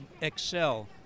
excel